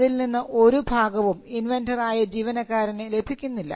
അതിൽ നിന്ന് ഒരു ഭാഗവും ഇൻവെൻന്ററായ ജീവനക്കാരന് ലഭിക്കുന്നില്ല